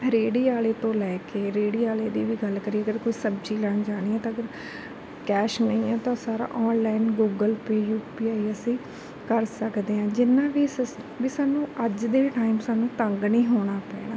ਰੇਹੜੀ ਵਾਲੇ ਤੋਂ ਲੈ ਕੇ ਰੇਹੜੀ ਵਾਲੇ ਦੀ ਵੀ ਗੱਲ ਕਰੀਏ ਅਗਰ ਕੋਈ ਸਬਜ਼ੀ ਲੈਣ ਜਾਣੀ ਹੈ ਤਾਂ ਅਗਰ ਕੈਸ਼ ਨਹੀਂ ਹੈ ਤਾਂ ਉਹ ਸਾਰਾ online Google pay U P I ਅਸੀਂ ਕਰ ਸਕਦੇ ਹਾਂ ਜਿੰਨਾ ਵੀ ਸਿਸ ਵੀ ਸਾਨੂੰ ਅੱਜ ਦੇ ਵੀ ਟਾਈਮ ਸਾਨੂੰ ਤੰਗ ਨਹੀਂ ਹੋਣਾ ਪੈਣਾ